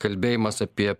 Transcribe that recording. kalbėjimas apie